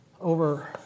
over